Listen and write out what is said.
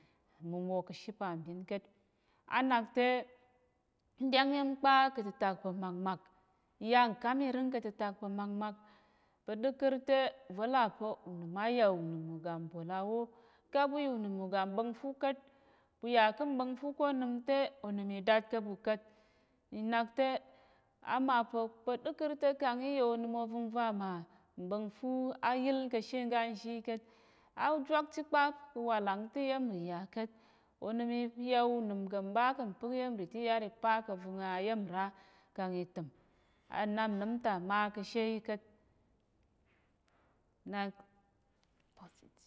Mumwo ka̱ she pambin ka̱t, á nak te, n ɗyáng ya̱m kpa ka̱ ta̱tak pa̱ makmak, n ya nkam irəng ka̱ ta̱tak pa̱ makmak, pa̱ ɗəkər te va̱ là pa̱ unəm á yà unəm uga mbol awó, ka ɓu yà unəm uga mba̱ngfu ka̱t. Ɓu yà ká̱ mba̱ngfu ko onəm te onəm i dát ká̱ ɓu ka̱t, i nak te, á ma pa̱, pa̱ ɗəkər te kang i yà onəm ovəngva mà mba̱ngful á yíl ka̱ she ngá nzhi yi ka̱t. Á jwák chit kpa ka̱ walàng ta̱ iya̱m nrì yà ka̱t, onəm i ya unəm kà̱ mɓa kà̱ mpək iya̱m nrì te i yar i pa ka̱ vəng aya̱m nra kang i təm nnap nnəm ta ma ka̱ she yi ka̱t, na